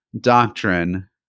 doctrine